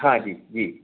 हाँ जी जी